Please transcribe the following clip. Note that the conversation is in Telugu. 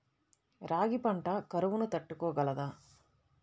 రాగి పంట కరువును తట్టుకోగలదా?